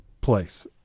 place